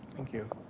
thank you.